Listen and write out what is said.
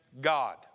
God